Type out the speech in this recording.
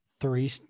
three